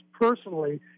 personally